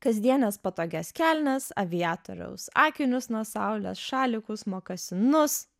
kasdienes patogias kelnes aviatoriaus akinius nuo saulės šalikus mokasinus